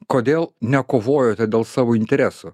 kodėl nekovojote dėl savo interesų